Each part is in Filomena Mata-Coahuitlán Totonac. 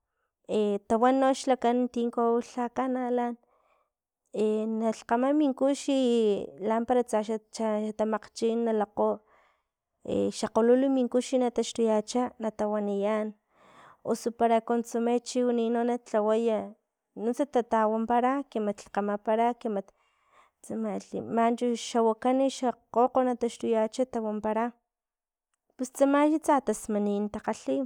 tawan noxlakan tino lha kanala nalhkgama min kux i lamparatsa xa- xa tamakgchin lakgo e xa kgolul min kux na taxtuyacha natawaniya osu para consome chiwani na- na tlawaya nuntsa tatawampara k mat lhkgamapara que mat tsamalhi manchu xa wakan xa kgokg na taxtuyacha cha tawampara pus tsama xa tsa tasmanin takgalhi,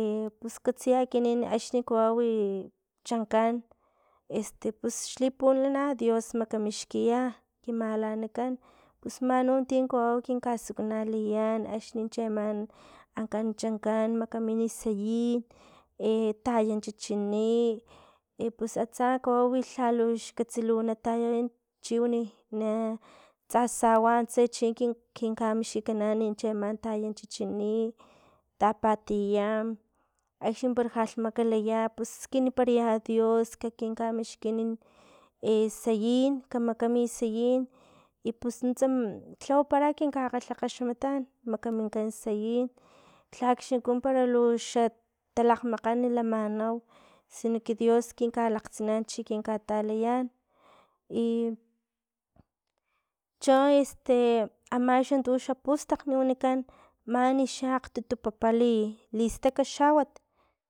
i pus katsiya ekinan axni kawau ichankan este pus ti pulana dios makamixkiya ki malanakan, pus man u tin kawau kin kasikulaniyan axni chi ama ankan chankan makamini sayin taya chichini, i pus atsa kawawi lhalux kawawi lu nataya chiwani tsa sawa tse chin kin kamixkikanan chi ama taya chichini tapatiya, axni para jalh makalaya pus skiniparaya dios que kin kamixkin sayin kamakami sayin i pus nuntsa no tlawapara kinka kgalhakgaxmatan makaminkan sayin, lhakxniku para xa talakgmakgan lamanau sino que dios kinka lakgtsinan chin kinkatalayan i cho este ama xa tuxa pustakg wanikan manixa akgtutu papa li- listaka xawat